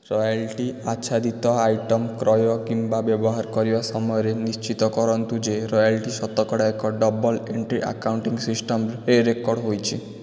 royal ଟି ଆଚ୍ଛାଦିତ item କ୍ରୟ କିମ୍ୱା ବ୍ୟବହାର କରିବା ସମୟରେ ନିଶ୍ଚିତ କରନ୍ତୁ ଯେ ରୟାଲ୍ଟି ଶତକଡ଼ା ଏକ ଡବଲ୍ ଏଣ୍ଟ୍ରି ଆକାଉଣ୍ଟିଂ ସିଷ୍ଟମରେ ରେକର୍ଡ ହୋଇଛି